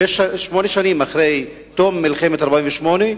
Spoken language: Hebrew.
שמונה שנים אחרי תום מלחמת 48',